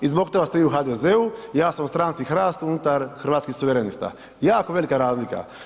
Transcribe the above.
I zbog toga ste vi u HDZ-u, ja sam u Stranci HRAST unutar hrvatskih suverenista, jako velika razlika.